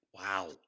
Wow